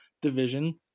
division